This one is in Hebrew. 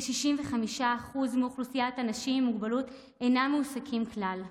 כ-65% מאוכלוסיית האנשים עם מוגבלות אינם מועסקים כלל.